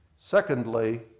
Secondly